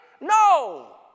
No